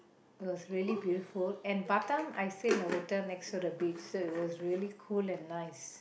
it was really beautiful and Batam I stayed in a hotel next to the beach so it was really cool and nice